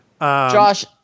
Josh